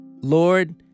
Lord